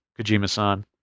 Kojima-san